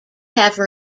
have